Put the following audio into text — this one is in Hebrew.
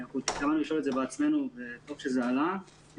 התכוונו לשאול על זה בעצמנו וטוב שזה עלה.